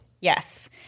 Yes